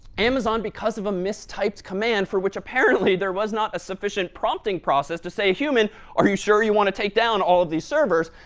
amazon, because of a mistyped command, for which apparently there was not a sufficient prompting process to say, human are you sure you want to take down all these servers?